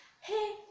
Hey